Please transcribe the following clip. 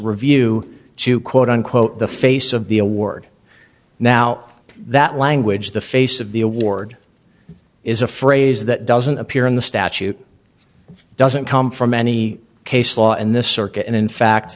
review to quote unquote the face of the award now that language the face of the award is a phrase that doesn't appear in the statute doesn't come from any case law in this circuit and in fact